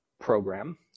program